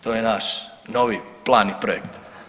To je naš novi plani i projekt.